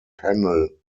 panel